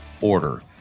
order